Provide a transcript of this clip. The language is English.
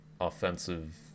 offensive